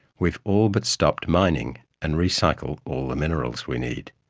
we've all but stopped mining and recycle all the minerals we need.